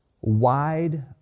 wide